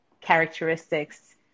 characteristics